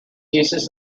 uses